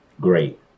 great